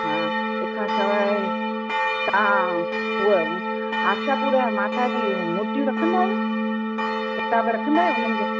हा तंहिंखां सवाइ तव्हां उहा आशापूर्ण माता जूं मूर्तियूं रखंदा आहियो किताब रखंदा आहियो उन्हनि जा